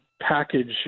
package